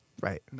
Right